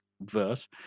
verse